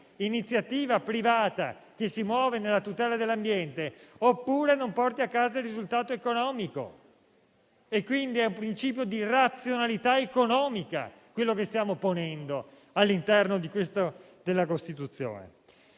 iniziativa privata che si muove nella tutela dell'ambiente, oppure non si porta a casa il risultato economico. Quindi, è un principio di razionalità economica quello che stiamo ponendo all'interno della Costituzione.